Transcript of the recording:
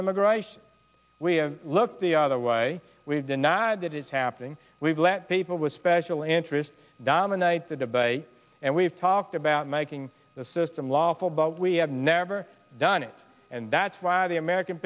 immigration we have looked the other way we've denied that it's happening we've let people with special interests dominate the debate and we've talked about making the system lawful but we have never done it and that's why the american